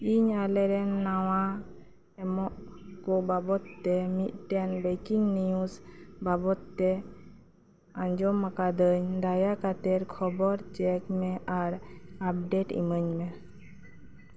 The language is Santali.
ᱤᱧ ᱟᱞᱮᱨᱮᱱ ᱱᱟᱶᱟ ᱮᱢᱚᱜ ᱠᱚ ᱵᱟᱵᱚᱛ ᱛᱮ ᱢᱤᱫᱴᱮᱱ ᱵᱨᱮᱠᱤᱝ ᱱᱤᱭᱩᱡᱽ ᱵᱟᱵᱚᱛ ᱛᱮ ᱟᱸᱡᱚᱢ ᱟᱠᱟᱫᱟᱹᱧ ᱫᱟᱭᱟ ᱠᱟᱛᱮᱫ ᱠᱷᱚᱵᱚᱨ ᱪᱮᱠ ᱢᱮ ᱟᱨ ᱟᱯᱰᱮᱴ ᱤᱢᱟᱹᱧ ᱢᱮ